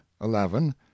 eleven